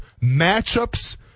matchups